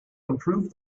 improve